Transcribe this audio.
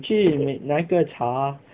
你去哪哪一个茶